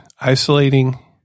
isolating